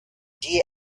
deer